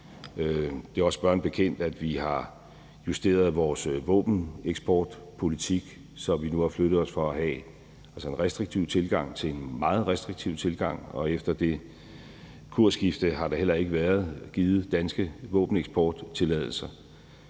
Det er også spørgeren bekendt, at vi har justeret vores våbeneksportpolitik, så vi nu har flyttet os fra at have en restriktiv tilgang til en meget restriktiv tilgang, og efter det kursskifte har der heller ikke været givet danske våbeneksporttilladelser.